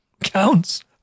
counts